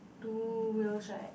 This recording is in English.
two wheels right